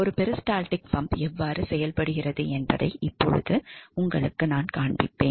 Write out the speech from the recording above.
ஒரு peristaltic pump எவ்வாறு செயல்படுகிறது என்பதை இப்போது நான் உங்களுக்குக் காண்பிப்பேன்